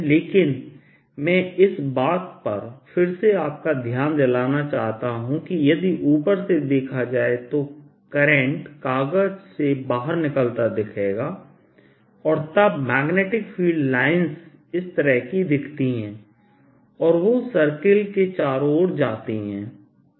लेकिन मैं इस बात पर फिर से आपका ध्यान दिलाना चाहता हूं कि यदि ऊपर से देखा जाए तो करंट कागज से बाहर निकलता दिखेगा और तब मैग्नेटिक फील्ड लाइंस इस तरह की दिखती हैं और वे सर्कल के चारों ओर जाती हैं